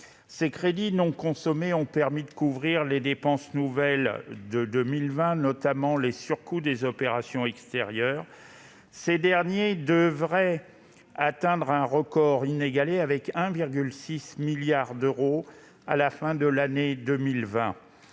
Ces crédits non consommés ont permis de couvrir les dépenses nouvelles de 2020, notamment les surcoûts des opérations extérieures. Ces derniers devraient atteindre un record inégalé, avec 1,6 milliard d'euros à la fin de l'année 2020,